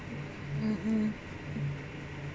mm mm